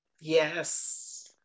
Yes